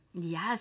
Yes